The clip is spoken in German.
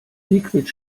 sigrid